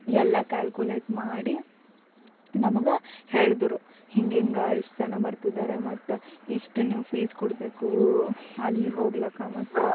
ಎಲ್ಲ ಕ್ಯಾಲ್ಕ್ಯುಲೇಟ್ ಮಾಡಿ ನಮಗೆ ಹೇಳಿದ್ರು ಹಿಂಗಿಂಗೆ ಇಷ್ಟು ಜನ ಬರ್ತಿದ್ದಾರೆ ಮತ್ತು ಇಷ್ಟು ನೀವು ಫೀಸ್ ಕೊಡ್ಬೇಕು ಅಲ್ಲಿ ಹೋಗ್ಲಾಕ ಮತ್ತು